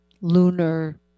lunar